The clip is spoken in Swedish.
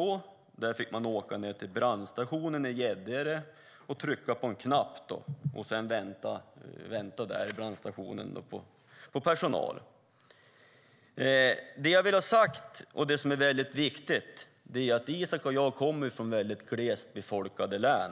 De boende i området fick åka ned till brandstationen i Gäddede, trycka på en knapp och sedan vänta där på personal. Isak och jag kommer från väldigt glest befolkade län.